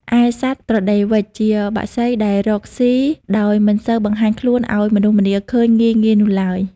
ឯសត្វត្រដេវវ៉ិចជាបក្សីដែលរកស៊ីដោយមិនសូវបង្ហាញខ្លួនឱ្យមនុស្សម្នាឃើញងាយៗនោះឡើយ។